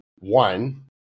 one